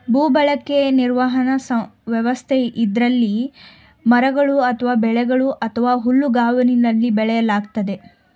ಭೂಬಳಕೆ ನಿರ್ವಹಣಾ ವ್ಯವಸ್ಥೆ ಇದ್ರಲ್ಲಿ ಮರಗಳು ಅಥವಾ ಬೆಳೆಗಳು ಅಥವಾ ಹುಲ್ಲುಗಾವಲಲ್ಲಿ ಬೆಳೆಯಲಾಗ್ತದೆ